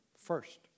first